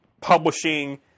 publishing